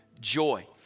joy